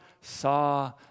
saw